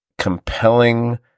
compelling